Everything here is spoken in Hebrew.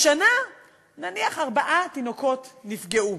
השנה נניח ארבעה תינוקות נפגעו.